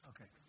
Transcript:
Okay